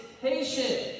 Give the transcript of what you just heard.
patient